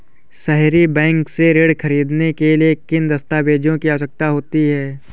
सहरी बैंक से ऋण ख़रीदने के लिए किन दस्तावेजों की आवश्यकता होती है?